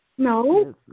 No